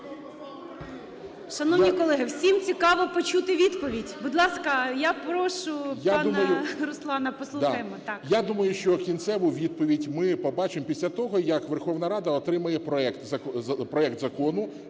Шановні колеги, всім цікаво почути відповідь. Будь ласка, я прошу, пана Руслана послухаємо, так. 16:13:28 СТЕФАНЧУК Р.О. Я думаю, що кінцеву відповідь ми побачимо після того, як Верховна Рада отримає проект закону,